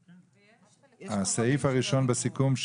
הסעיף הראשון בסיכום,